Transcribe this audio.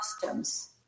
customs